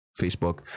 Facebook